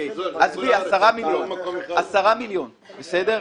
עזבי, נדבר רק על עשרה מיליון, בסדר?